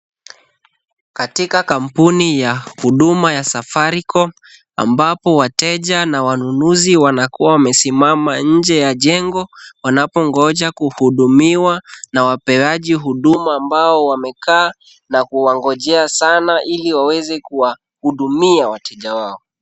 Katika kampuni ya huduma ya Safaricom ambapo wateja na wanunuzi wanakuwa wamesimama nje ya jengo, wanapongoja kuhudumiwa na wapeaji huduma ambao wamekaa na kuwangojea sana ili waweze kuwahudumia wateja wao.